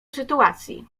sytuacji